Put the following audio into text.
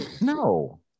No